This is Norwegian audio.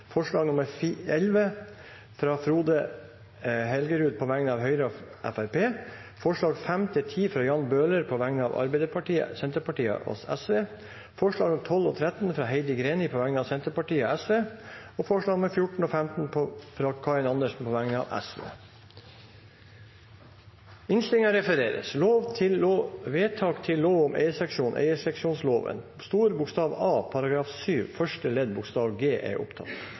forslag nr. 11, fra Frode Helgerud på vegne av Høyre og Fremskrittspartiet forslagene nr. 5–10, fra Jan Bøhler på vegne av Arbeiderpartiet, Senterpartiet og Sosialistisk Venstreparti forslagene nr. 12 og 13, fra Heidi Greni på vegne av Senterpartiet og Sosialistisk Venstreparti forslagene nr. 14 og 15, fra Karin Andersen på vegne av Sosialistisk Venstreparti Komiteen hadde innstilt til Stortinget å gjøre slike Det voteres alternativt mellom innstillingens A § 7 første ledd bokstav g